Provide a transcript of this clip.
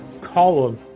column